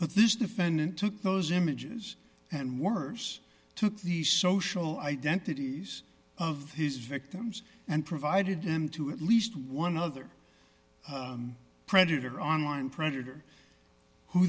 but this defendant took those images and worse took the social identities of his victims and provided them to at least one other predator online predator who